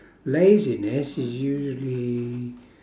laziness is usually